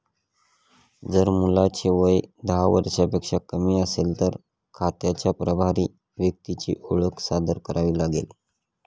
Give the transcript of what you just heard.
जर मुलाचे वय दहा वर्षांपेक्षा कमी असेल, तर खात्याच्या प्रभारी व्यक्तीची ओळख सादर करावी लागेल